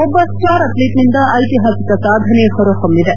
ಒಬ್ಲ ಸ್ಟಾರ್ ಅಥ್ಲೀಟ್ನಿಂದ ಐತಿಹಾಸಿಕ ಸಾಧನೆ ಹೊರಹೊಮ್ನಿದೆ